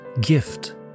gift